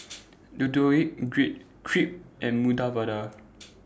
Deodeok Gui Crepe and Medu Vada